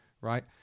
right